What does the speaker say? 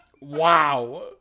wow